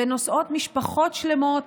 ונוסעות משפחות שלמות